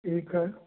ठीक है